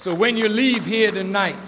so when you leave here tonight